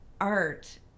art